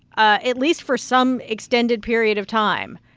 ah at least for some extended period of time,